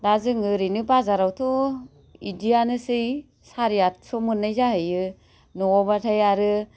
दा जोङो ओरैनो बाजारावथ' इदियानोसै साराइ आटस' मोन्नाय जाहैयो न'आवबाथाइ आरो